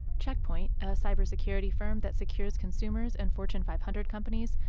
check point, a cybersecurity firm that secures consumers and fortune five hundred companies,